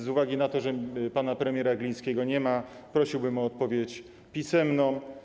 Z uwagi na to, że pana premiera Glińskiego nie ma, prosiłbym o odpowiedź pisemną.